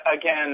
again